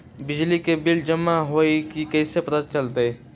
बिजली के बिल जमा होईल ई कैसे पता चलतै?